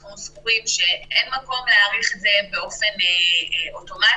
אנו סבורים שאין מקום להאריך באופן אוטומטי.